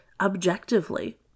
objectively